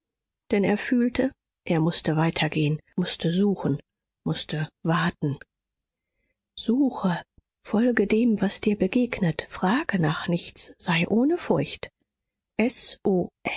denn er fühlte er mußte weitergehen mußte suchen mußte warten suche folge dem was dir begegnet frage nach nichts sei ohne furcht s